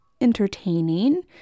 entertaining